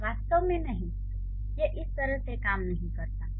वास्तव में नहीं यह इस तरह से काम नहीं करता है